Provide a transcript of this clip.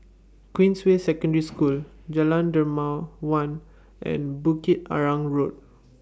Queensway Secondary School Jalan Dermawan and Bukit Arang Road